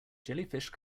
jellyfish